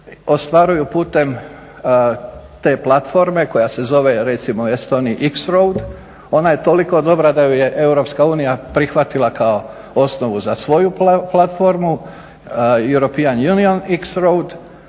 ostvaruju putem te platforme koja se zove recimo u Estoniji x-route. Ona je toliko dobra da ju je EU prihvatila kao osnovu za svoju platformu EU x-route.